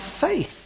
faith